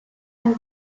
and